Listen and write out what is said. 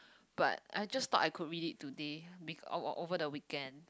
but I just thought I could read it today because or over the weekend